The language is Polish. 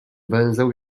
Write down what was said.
węzeł